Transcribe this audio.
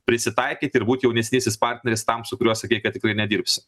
prisitaikyti ir būt jaunesnysis partneris tam su kuriuo sakei kad tikrai nedirbsi